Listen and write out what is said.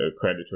credit